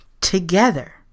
together